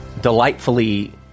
delightfully